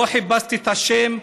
לא חיפשתי את השם,